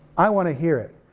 i wanna hear it,